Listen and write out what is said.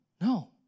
No